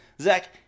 Zach